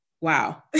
wow